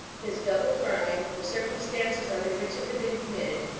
his double crime, the circumstances under which it had been committed,